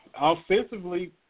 Offensively